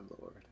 Lord